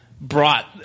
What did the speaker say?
brought